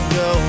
go